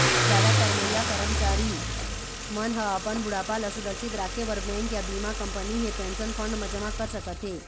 जादा कमईया करमचारी मन ह अपन बुढ़ापा ल सुरक्छित राखे बर बेंक या बीमा कंपनी हे पेंशन फंड म जमा कर सकत हे